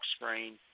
screen